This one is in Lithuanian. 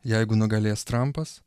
jeigu nugalės trampas